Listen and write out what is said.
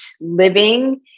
living